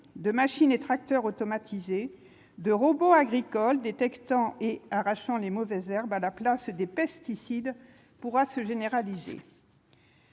de machines et tracteurs automatisés, de robots agricoles détectant et arrachant les mauvaises herbes en remplacement des pesticides pourra être généralisé.